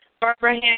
Barbara